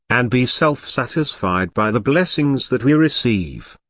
and be self-satisfied by the blessings that we receive.